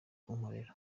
kunkorera